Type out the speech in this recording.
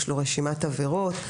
יש לו רשימת עבירות,